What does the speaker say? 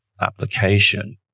application